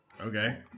Okay